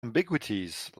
ambiguities